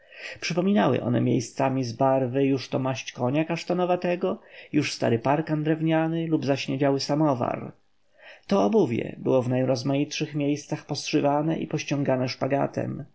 przypominały one miejscami z barwy już to maść konia kasztanowatego już stary parkan drewniany lub zaśniedziały samowar to obuwie było w najrozmaitszych miejscach pozszywane i pościągane szpagatem